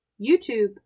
YouTube